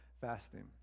fasting